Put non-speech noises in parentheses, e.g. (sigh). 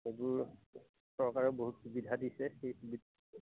এইবোৰ চৰকাৰে বহুত সুবিধা দিছে (unintelligible)